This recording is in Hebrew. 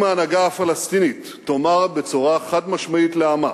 אם ההנהגה הפלסטינית תאמר בצורה חד-משמעית לעמה,